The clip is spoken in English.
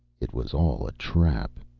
it was all a trap.